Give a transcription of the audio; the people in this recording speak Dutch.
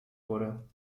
worden